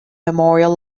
memorial